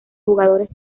jugadores